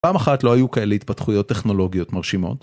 פעם אחת לא היו כאלה התפתחויות טכנולוגיות מרשימות.